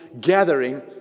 gathering